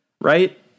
Right